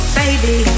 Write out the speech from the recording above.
baby